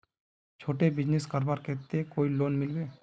छोटो बिजनेस करवार केते कोई लोन मिलबे?